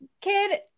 kid